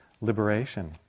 liberation